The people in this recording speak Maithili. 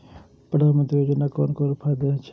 प्रधानमंत्री योजना कोन कोन फायदा छै?